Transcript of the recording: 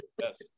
yes